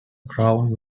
crown